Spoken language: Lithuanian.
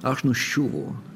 aš nuščiūvau